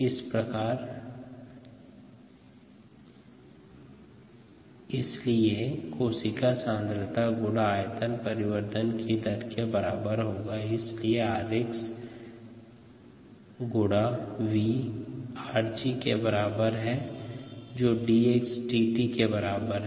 इस प्रकार 𝑟𝑥 गुणा V 𝑟𝑔 के बराबर है जो dxdt के बराबर है